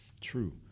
True